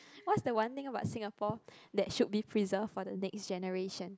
what's the one thing about Singapore that should be preserved for the next generation